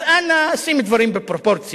אז אנא, שים דברים בפרופורציה.